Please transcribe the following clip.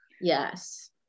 Yes